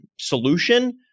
solution